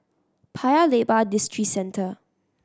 Paya Lebar Districentre